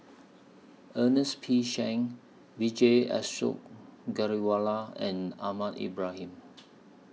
Ernest P Shanks Vijesh Ashok Ghariwala and Ahmad Ibrahim